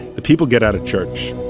the people get out of church,